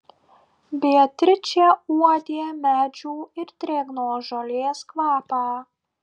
beatričė uodė medžių ir drėgnos žolės kvapą